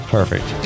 Perfect